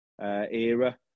era